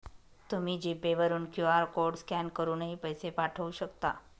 तुम्ही G Pay वरून QR code scan करूनही पैसे पाठवू शकता